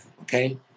okay